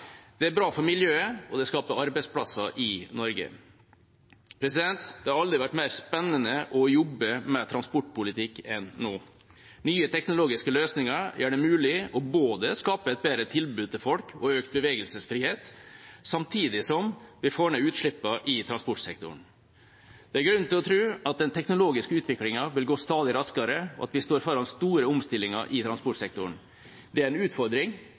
Det er bra for miljøet, og det skaper arbeidsplasser i Norge. Det har aldri vært mer spennende å jobbe med transportpolitikk enn nå. Nye teknologiske løsninger gjør det mulig å skape et bedre tilbud til folk og økt bevegelsesfrihet, samtidig som vi får ned utslippene i transportsektoren. Det er grunn til å tro at den teknologiske utviklingen vil gå stadig raskere, og at vi står foran store omstillinger i transportsektoren. Det er en utfordring,